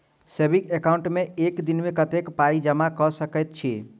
Saving account मे एक दिनमे कतेक पाई जमा कऽ सकैत छी?